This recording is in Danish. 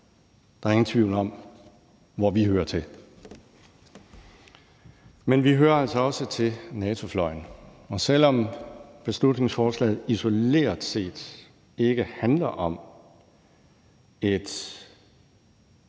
Der er ingen tvivl om, hvor vi hører til. Men vi hører altså også til NATO-fløjen, og selv om beslutningsforslaget isoleret set ikke handler om en